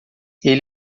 ele